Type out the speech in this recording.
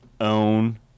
own